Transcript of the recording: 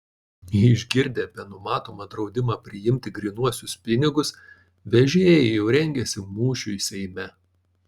išgirdę apie numatomą draudimą priimti grynuosius pinigus vežėjai jau rengiasi mūšiui seime